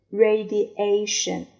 radiation